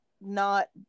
not-